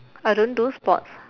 I don't do sports